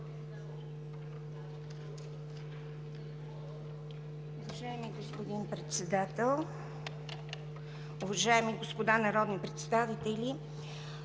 Уважаеми господин Председател, уважаеми господа народни представители!